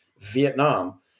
vietnam